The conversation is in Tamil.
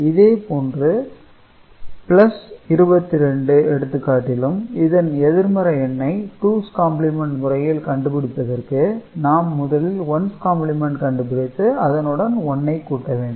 இதேபோன்று 22 எடுத்துக்காட்டிலும் இதன் எதிர்மறை எண்ணை டூஸ் காம்ப்ளிமென்ட் முறையில் கண்டுபிடிப்பதற்கு நாம் முதலில் ஒன்ஸ் காம்ப்ளிமென்ட் கண்டுபிடித்து அதனுடன் 1 ஐ கூட்ட வேண்டும்